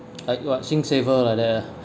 I got singsaver like that lah